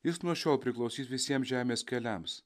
jis nuo šiol priklausys visiems žemės keliams